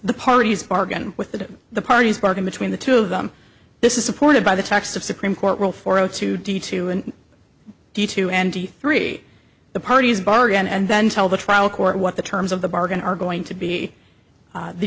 the parties bargain with that the parties bargain between the two of them this is supported by the text of supreme court rule four zero two d two and d two and three the parties bargain and then tell the trial court what the terms of the bargain are going to be